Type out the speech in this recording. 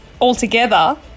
altogether